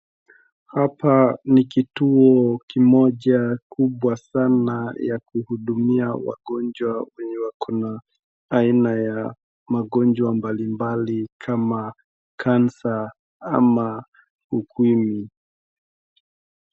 Hapa ni kituo kimoja kubwa sana ya kuhudumia wagonjwa wako na aina ya magonjwa mbalimbali kama cancer ama Ukimwi.